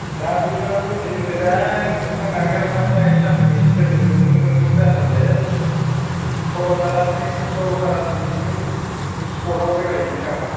दा बोथोराबो जि मोजां अखा नागारबाय सानदुं इसे दुंदुं दुदुं जाथारदों सरलपाराथिं सरलपाराथिं पिकनिक स्पटाव बेरायहैनो नामा